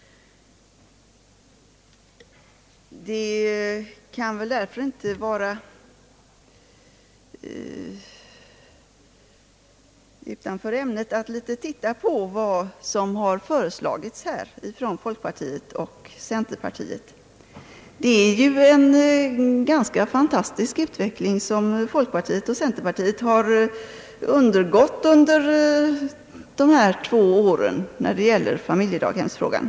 Det kan därför inte vara att gå utanför ämnet om man tittar något på vad som folkpartiet och centerpartiet här har föreslagit. Det är ju en ganska fantastisk utveckling, som dessa partier genomgått under de två senaste åren när det gäller familjedaghemsfrågan.